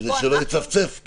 כדי שלא יצפצף?